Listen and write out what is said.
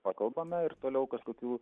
pakalbame ir toliau kažkokių